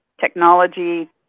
technology